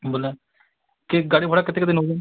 ବୋଲେ କେଁ ଗାଡ଼ି ଭଡ଼ା କେତେ କେତେ ନେଉଛନ୍